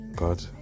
God